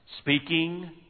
Speaking